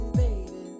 baby